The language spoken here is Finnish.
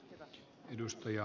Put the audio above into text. arvoisa puhemies